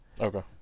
Okay